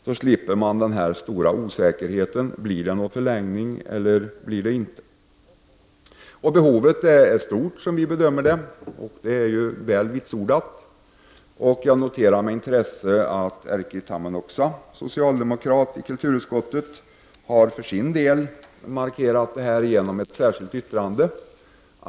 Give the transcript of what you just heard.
Då slipper man osäkerheten med om det skall bli en förlängning eller inte. Vi bedömer att behovet är stort, och det är väl vitsordat. Jag noterar med intresse att Erkki Tammenoksa, socialdemokrat i kulturutskottet, för sin del markerat detta i ett särskilt yttrande.